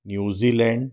New Zealand